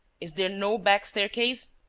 is there no back staircase?